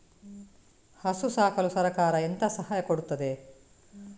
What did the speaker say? ಹಸು ಸಾಕಲು ಸರಕಾರ ಎಂತ ಸಹಾಯ ಕೊಡುತ್ತದೆ?